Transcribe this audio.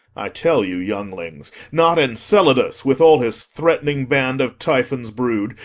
i tell you, younglings, not enceladus, with all his threat'ning band of typhon's brood,